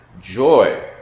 joy